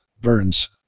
burns